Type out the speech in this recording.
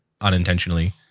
unintentionally